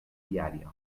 viària